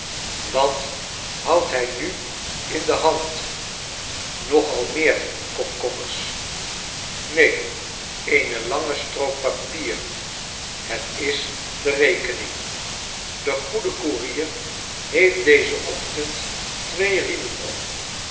wat houdt hij nu in de hand nog almeer komkommers neen eene lange strook papier het is de rekening de goede koerier heeft dezen ochtend twee riemen om